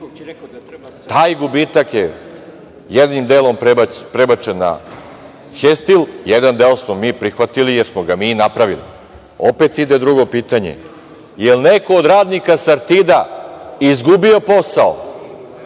Taj gubitak je jednim delom prebačen na "Hestil", jedan deo smo mi prihvatili, jer smo ga mi i napravili. Opet pitanje - jel neko od radnika "Sartida" izgubio posao,